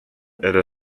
era